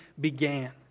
began